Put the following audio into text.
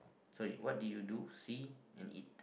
so what did you do see and eat